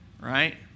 right